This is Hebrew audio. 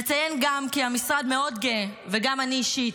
נציין גם כי המשרד מאוד גאה, וגם אני אישית,